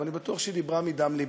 ואני בטוח שהיא דיברה מדם לבה.